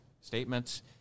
statements